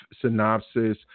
synopsis